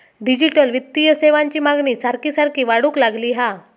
digital वित्तीय सेवांची मागणी सारखी सारखी वाढूक लागली हा